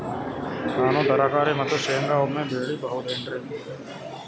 ನಾನು ತರಕಾರಿ ಮತ್ತು ಶೇಂಗಾ ಒಮ್ಮೆ ಬೆಳಿ ಬಹುದೆನರಿ?